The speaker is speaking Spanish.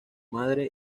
madre